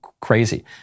crazy